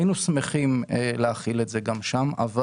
היינו שמחים להחיל את זה גם שם אבל